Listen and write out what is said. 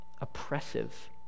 oppressive